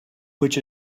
which